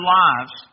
lives